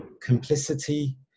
complicity